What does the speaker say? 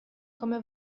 come